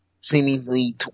seemingly